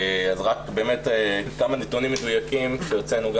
רק באמת כמה נתונים מדויקים שהוצאנו גם